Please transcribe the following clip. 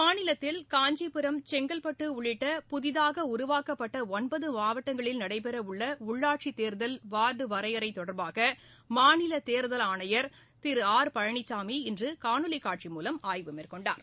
மாநிலத்தில் காஞ்சிபுரம் செங்கல்பட்டு உள்ளிட்ட புதிதாக உருவாக்கப்பட்ட ஒன்பது மாவட்டங்களில் நடைபெறவுள்ள உள்ளாட்சித் தேர்தல் வார்டு வரையறை தொ்பாக மாநில தேர்தல் ஆணையர் திரு ஆர் பழனிசாமி இன்று காணொலி காட்சி மூலம் ஆய்வு மேற்கொண்டார்